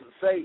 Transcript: say